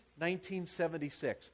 1976